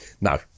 No